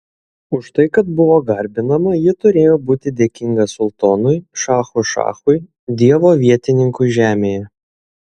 už tai kad buvo garbinama ji turėjo būti dėkinga sultonui šachų šachui dievo vietininkui žemėje